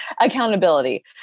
accountability